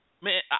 Man